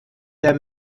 der